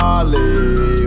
Ollie